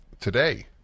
today